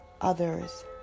others